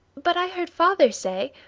but i heard father say,